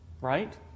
right